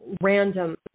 random